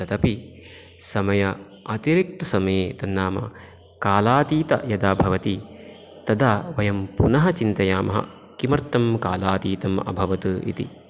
तदपि समये अतिरिक्तसमये तन्नाम कालातीतं यदा भवति तदा वयं पुनः चिन्तयामः किमर्थं कालातीतम् अभवत् इति